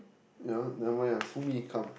ya never mind ah sue me come